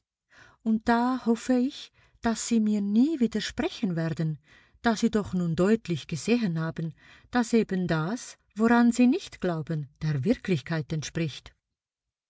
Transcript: und da hoffe ich daß sie mir nie widersprechen werden da sie doch nun deutlich gesehen haben daß eben das woran sie nicht glauben der wirklichkeit entspricht